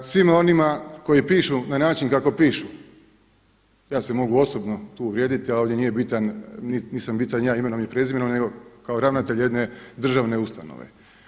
Svima onima koji pišu na način kako pišu ja se mogu osobno tu uvrijediti, ali nisam bitan ja imenom i prezimenom, nego kao ravnatelj jedne državne ustanove.